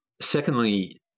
Secondly